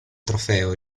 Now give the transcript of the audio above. trofeo